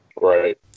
Right